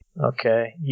Okay